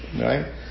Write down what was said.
right